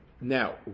Now